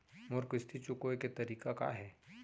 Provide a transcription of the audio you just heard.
मोर किस्ती चुकोय के तारीक का हे?